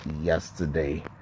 yesterday